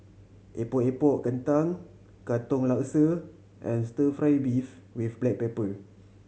Epok Epok Kentang Katong Laksa and Stir Fry beef with black pepper